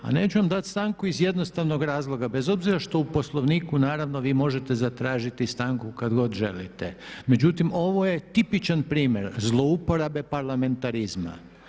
A neću vam dati stanku iz jednostavnog razloga, bez obzira što u Poslovniku naravno vi možete zatražiti stanku kad god želite, međutim ovo je tipičan primjer zlouporabe parlamentarizma.